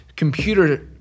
Computer